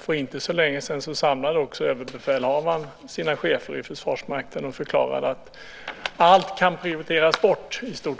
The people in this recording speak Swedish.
För inte så länge sedan samlade överbefälhavaren sina chefer i Försvarsmakten och förklarade att i stort sett allt kan prioriteras bort utom